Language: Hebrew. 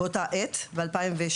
באותה עת ב-2016,